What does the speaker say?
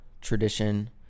tradition